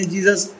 Jesus